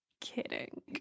kidding